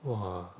!wah!